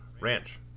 Ranch